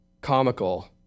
comical